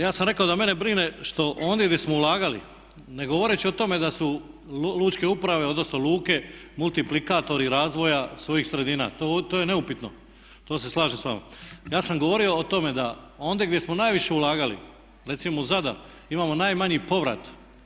Ja sam rekao da mene brine što oni gdje smo ulagali, ne govoreći o tome da su lučke uprave, odnosno luke multiplikatori razvoja svojih sredina, to je neupitno, to se slažem s vama, ja sam govorio o tome da ondje gdje smo najviše ulagali, recimo u Zadar imamo najmanji povrat.